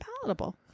palatable